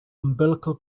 umbilical